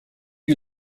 you